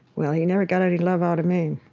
well, he never got any love out of me